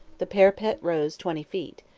the parapet rose twenty feet,